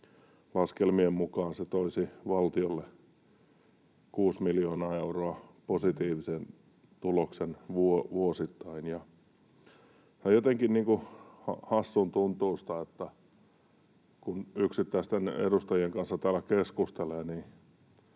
laskelmien mukaan se toisi valtiolle 6 miljoonan euron positiivisen tuloksen vuosittain. Tämä on jotenkin hassun tuntuista, että kun yksittäisten edustajien kanssa täällä keskustelee, niin